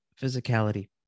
physicality